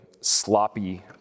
sloppy